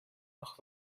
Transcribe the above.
noch